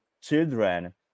children